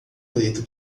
preto